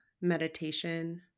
meditation